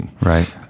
Right